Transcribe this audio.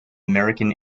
american